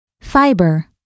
Fiber